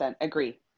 agree